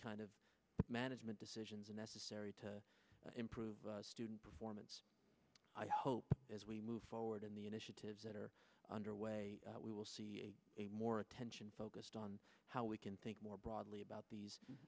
kind of management decisions necessary to improve student performance i hope as we move forward in the initiatives that are underway we will see a more attention focused on how we can think more broadly about these